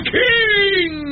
king